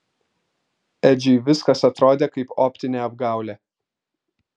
edžiui viskas atrodė kaip optinė apgaulė